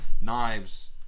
knives